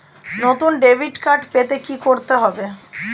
নতুন debit card পেতে কী করতে হবে?